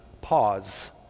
pause